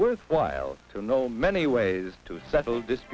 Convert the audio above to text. worthwhile to know many ways to set this